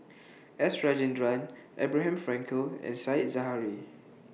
S Rajendran Abraham Frankel and Said Zahari